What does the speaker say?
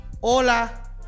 Hola